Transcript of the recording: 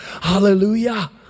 Hallelujah